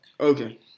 Okay